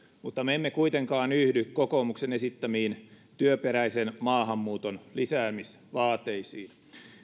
mutta me emme kuitenkaan yhdy kokoomuksen esittämiin työperäisen maahanmuuton lisäämisvaateisiin